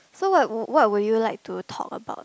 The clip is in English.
so what what would you like to talk about